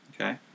Okay